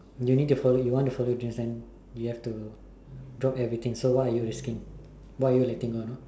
you need to follow you want to follow your dreams then you have to drop everything so what are you risking what are you letting on